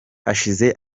hashize